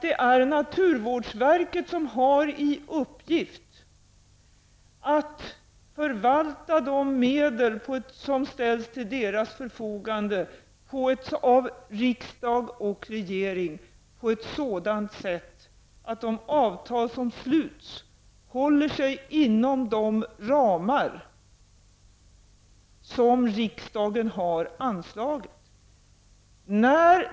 Det är naturvårdsverket som har i uppgift att förvalta de medel som ställs till dess förfogande av riksdag och regering på ett sådant sätt att de avtal som sluts håller sig inom de ramar som riksdagen har anslagit.